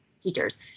teachers